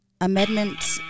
Amendment